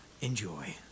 Enjoy